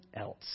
else